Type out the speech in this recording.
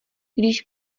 když